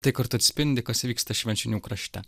tai kartu atspindi kas vyksta švenčionių krašte